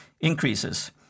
increases